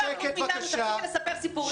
תפסיקי לספר סיפורים.